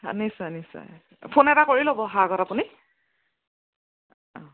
হাঁ নিশ্চয় নিশ্চয় ফোন এটা কৰি ল'ব অহাৰ আগত আপুনি অঁ